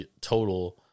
Total